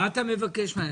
מה אתה מבקש ממני?